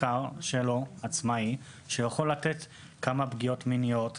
מחקר עצמאי משלו והוא יכול להגיד כמה פגיעות מיניות היו,